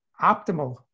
optimal